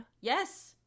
Yes